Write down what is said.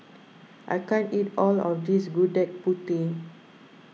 I can't eat all of this Gudeg Putih